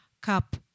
cup